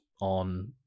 on